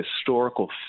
historical